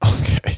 Okay